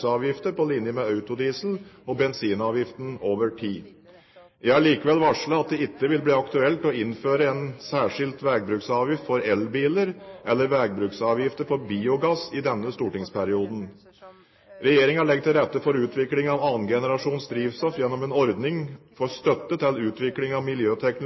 på linje med autodiesel- og bensinavgiften over tid. Jeg har likevel varslet at det ikke vil bli aktuelt å innføre en særskilt veibruksavgift for elbiler eller veibruksavgifter for biogass i denne stortingsperioden. Regjeringen legger til rette for utvikling av 2. generasjons drivstoff gjennom en ordning for støtte til utvikling av